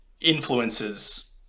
influences